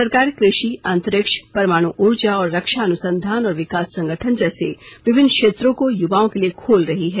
सरकार कृषि अंतरिक्ष परमाणु ऊर्जा और रक्षा अनुसंधान और विकास संगठन जैसे विभिन्न क्षेत्रों को युवाओं के लिए खोल रही है